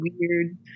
weird